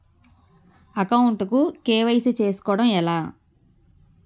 Account కు KYC చేసుకోవడం ఎలా?